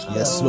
Yes